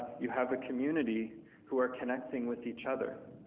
you have a community who are connecting with each other,